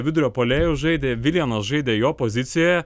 vidurio puolėju žaidė viljanas žaidė jo pozicijoje